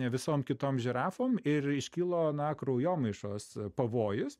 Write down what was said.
visom kitom žirafom ir iškilo na kraujomaišos pavojus